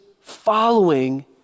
following